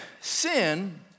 sin